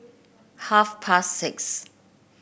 half past six